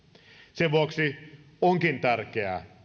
sen vuoksi onkin tärkeää